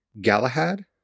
Galahad